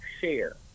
share